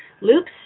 loops